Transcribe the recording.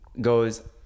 Goes